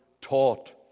taught